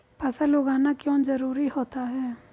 फसल उगाना क्यों जरूरी होता है?